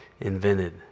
invented